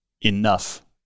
enough